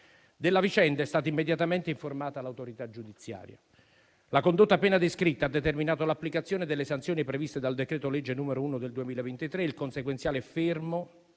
Della vicenda è stata immediatamente informata l'autorità giudiziaria. La condotta appena descritta ha determinato l'applicazione delle sanzioni previste dal decreto-legge n. 1 del 2023 e il consequenziale fermo